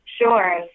Sure